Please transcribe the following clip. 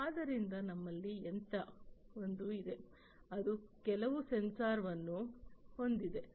ಆದ್ದರಿಂದ ನಮ್ಮಲ್ಲಿ ಯಂತ್ರ 1 ಇದೆ ಅದು ಕೆಲವು ಸೆನ್ಸಾರ್ವನ್ನು ಹೊಂದಿದೆ